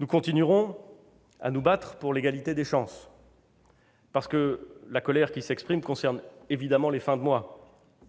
Nous continuerons à nous battre pour l'égalité des chances, parce que la colère qui s'exprime concerne évidemment les fins de mois-